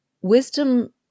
wisdom